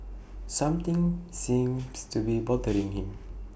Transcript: something seems to be bothering him